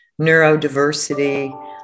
neurodiversity